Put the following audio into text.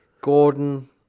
Gordon